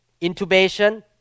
intubation